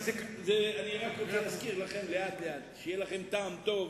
אני רוצה להזכיר לכם לאט-לאט, שיהיה לכם טעם טוב